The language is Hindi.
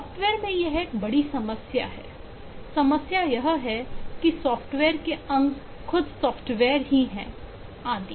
सॉफ्टवेयर में यह एक बड़ी समस्या है समस्या यह है कि सॉफ्टवेयर के अंग खुद सॉफ्टवेयर ही है आदि